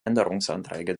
änderungsanträge